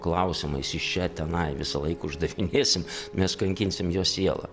klausimais iš čia tenai visą laiką uždavinėsim mes kankinsim jo sielą